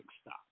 stop